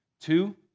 Two